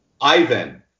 Ivan